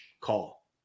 Call